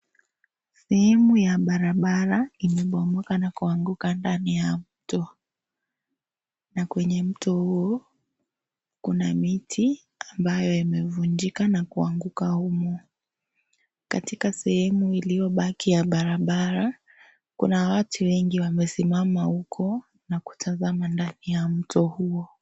Sehemu ya barabara, imebomoka na kuanguka ndani ya mto, na kwenye mto huo, kuna miti, ambayo imevunjika na kuanguka humo, katika sehemu iliyobaki ya barabara, kuna watu wengi wamesimama huko, na kutazama ndani ya mto huo.